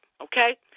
okay